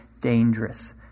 dangerous